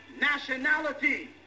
nationality